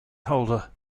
holder